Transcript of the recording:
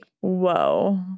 whoa